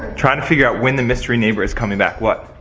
trying to figure out when the mystery neighbor is coming back. what?